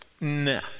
Nah